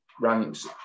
ranks